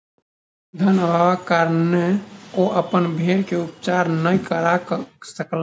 धन अभावक कारणेँ ओ अपन भेड़ के उपचार नै करा सकला